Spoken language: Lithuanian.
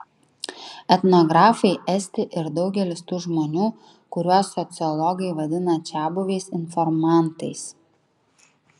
etnografai esti ir daugelis tų žmonių kuriuos sociologai vadina čiabuviais informantais